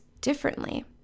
differently